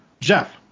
Jeff